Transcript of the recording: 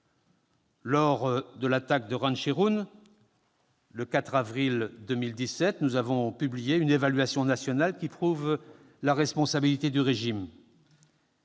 Lors de l'attaque de Khan Cheikhoun, le 4 avril 2017, nous avons publié une évaluation nationale qui prouve la responsabilité du régime.